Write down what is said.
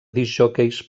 discjòqueis